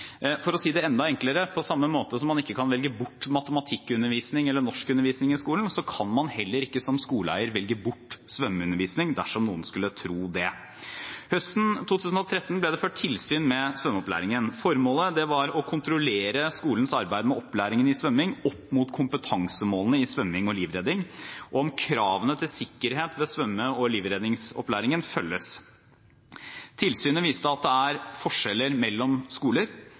For å si det enda enklere: På samme måte som man ikke kan velge bort matematikkundervisning eller norskundervisning i skolen, kan man heller ikke som skoleeier velge bort svømmeundervisning – dersom noen skulle tro det. Høsten 2013 ble det ført tilsyn med svømmeopplæringen. Formålet var å kontrollere skolens arbeid med opplæring i svømming opp mot kompetansemålene i svømming og livredning og om kravene til sikkerhet ved svømme- og livredningsopplæringen følges. Tilsynet viste at det er forskjeller mellom skoler,